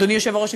אדוני היושב-ראש,